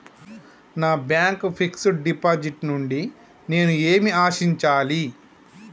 నా bank fixed deposit నుండి నేను ఏమి ఆశించాలి?